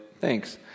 Thanks